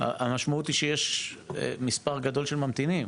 המשמעות היא שיש מספר גדול של ממתינים,